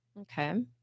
Okay